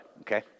okay